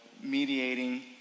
mediating